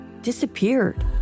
disappeared